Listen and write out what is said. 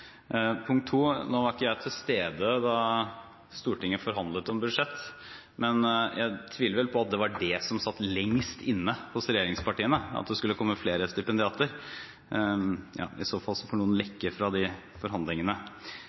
Punkt nr. 2: Jeg var ikke til stede da Stortinget forhandlet om budsjettet, men jeg tviler vel på at det at det skulle komme flere stipendiater, var det som satt lengst inne hos regjeringspartiene. I så fall får noen lekke fra de forhandlingene.